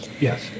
Yes